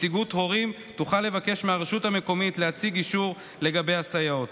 נציגות הורים תוכל לבקש מהרשות המקומית להציג אישור לגבי הסייעות.